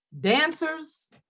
Dancers